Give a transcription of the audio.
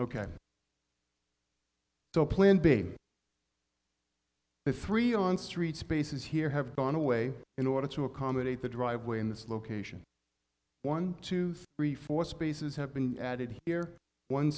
ok so plan b the three on street spaces here have gone away in order to accommodate the driveway in this location one two three four spaces have been added here one